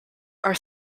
are